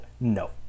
No